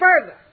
further